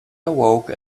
awoke